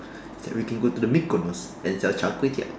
ya we can go to the Mikonos and sell Char-Kway-Teow